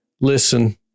listen